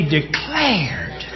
declared